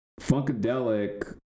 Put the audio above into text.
Funkadelic